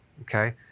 Okay